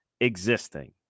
existing